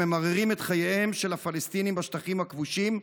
שממררים את חייהם של הפלסטינים בשטחים הכבושים,